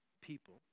people